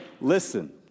listen